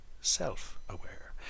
self-aware